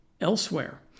elsewhere